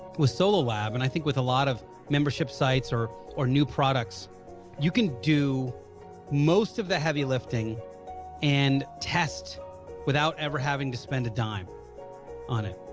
was solo lab and i think with a lot of membership sites or for new products you can do most of the heavy lifting and test without ever having to spend a dime on it.